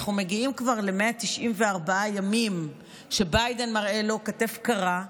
אנחנו מגיעים כבר ל-194 ימים שביידן מראה לו כתף קרה,